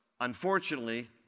unfortunately